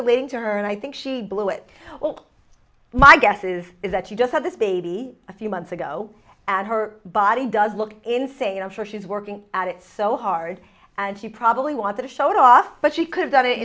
relating to her and i think she blew it well my guess is is that you just had this baby a few months ago and her body does look insane i'm sure she's working at it so hard and she probably wants to show it off but she could've done it